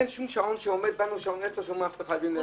אין שום שעון עצר שאומר שאנחנו חייבים לסיים.